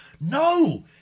No